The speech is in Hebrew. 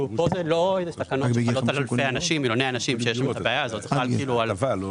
מדובר באלפי אנשים שהתקנות האלה יחולו עליהן.